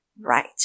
Right